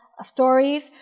Stories